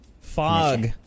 Fog